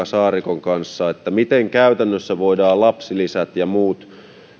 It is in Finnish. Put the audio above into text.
saarikon kanssa työryhmä siitä miten käytännössä voidaan lapsilisät ja muut